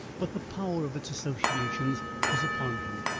but the power of its associations was upon him,